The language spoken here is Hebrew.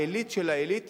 העילית של העילית